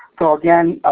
so again,